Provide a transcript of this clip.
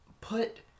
put